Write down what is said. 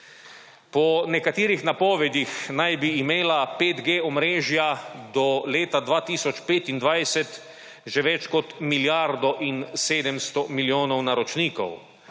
Po nekaterih napovedih naj bi imela 5G omrežja do leta 2025 že več kot milijardo in 700 milijonov naročnikov.